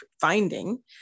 finding